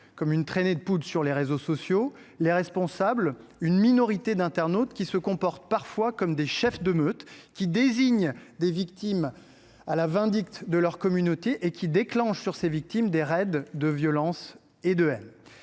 comme une traînée de poudre sur les réseaux sociaux. Les responsables sont une minorité d’internautes se comportant parfois comme des chefs de meute, qui désignent les victimes à la vindicte de leur communauté et qui déclenchent sur celles ci des raids de violence et de haine.